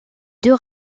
deux